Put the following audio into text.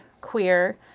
queer